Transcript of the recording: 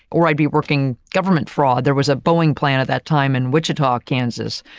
or i'd be working government fraud. there was a boeing plan at that time in wichita, kansas.